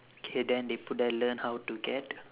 K then they put there learn how to get